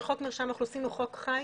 שחוק מרשם האוכלוסין הוא חוק חי